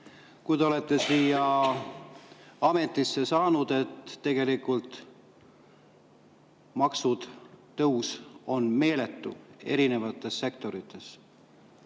kui te olete ametisse saanud, me näeme, et tegelikult maksutõus on meeletu erinevates sektorites.